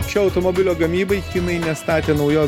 šio automobilio gamybai kinai nestatė naujos